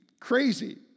Crazy